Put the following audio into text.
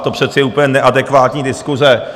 To přece je úplně neadekvátní diskuse.